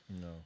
No